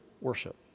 worship